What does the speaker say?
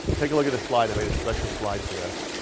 take a look at this slide. i made a special slide for this.